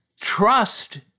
trust